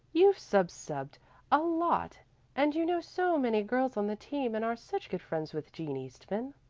you've sub-subed a lot and you know so many girls on the team and are such good friends with jean eastman.